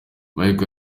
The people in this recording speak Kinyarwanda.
michael